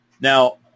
Now